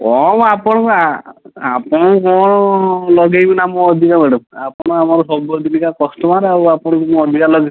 କଣ ଆପଣଙ୍କୁ ଆ ଆପଣଙ୍କୁ କଣ ଲଗେଇବି ନା ମୁଁ ଅଧିକା ମ୍ୟାଡ଼ାମ୍ ଆପଣ ଆମର ସବୁଦିନିକା କଷ୍ଟମର୍ ଆଉ ଆପଣଙ୍କୁ ମୁଁ ଅଧିକା ଲଗେଇବି